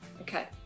Okay